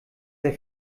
der